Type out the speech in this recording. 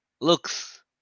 looks